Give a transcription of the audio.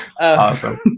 Awesome